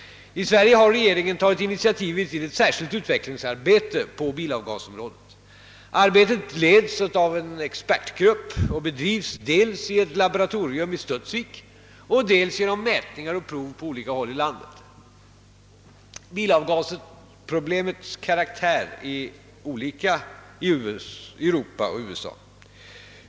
I Sverige har regeringen tagit initiativet till ett särskilt utvecklingsarbete på bilavgasområdet. Arbetet leds av en expertgrupp och bedrivs dels i ett laboratorium i Studsvik och dels genom mätningar och prov på olika håll i landet. Bilavgasproblemets karaktär är olika i Europa och USA.